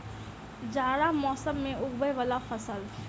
जाड़ा मौसम मे उगवय वला फसल?